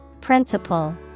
Principle